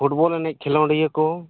football ᱮᱱᱮᱡ ᱠᱷᱮᱞᱳᱰᱤᱭᱟᱹ ᱠᱚ